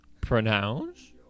Pronounce